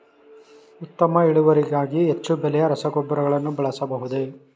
ಉತ್ತಮ ಇಳುವರಿಗಾಗಿ ಹೆಚ್ಚು ಬೆಲೆಯ ರಸಗೊಬ್ಬರಗಳನ್ನು ಬಳಸಬಹುದೇ?